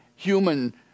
human